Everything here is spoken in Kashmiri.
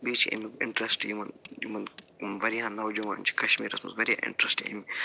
بیٚیہِ چھِ أمیُک اِنٛٹرشٹ یِمَن یِم واریاہ نَوجوان چھِ کَشمیٖرَس منٛز واریاہ اِنٛٹریشٹ أمۍ